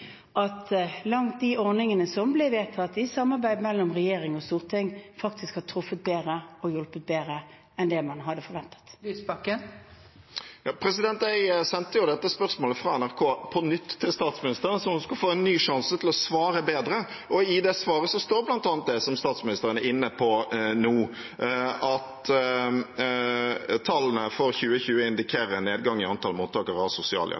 at de ordningene som ble vedtatt i samarbeid mellom regjering og storting, faktisk har truffet langt bedre og hjulpet bedre enn det man hadde forventet. Audun Lysbakken – til oppfølgingsspørsmål. Jeg sendte dette spørsmålet fra NRK på nytt til statsministeren så hun skulle få en ny sjanse til å svare bedre. I det svaret står bl.a. det statsministeren er inne på nå, at tallene for 2020 indikerer en nedgang i antall mottakere av